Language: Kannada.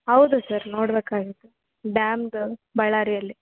ಹೌದು ಸರ್ ನೋಡಬೇಕಾಗಿತ್ತು ಡ್ಯಾಮ್ದು ಬಳ್ಳಾರಿಯಲ್ಲಿ